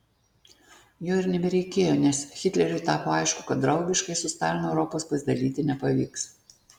jo ir nebereikėjo nes hitleriui tapo aišku kad draugiškai su stalinu europos pasidalyti nepavyks